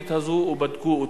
התוכנית הזו ובדקו אותה.